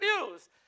news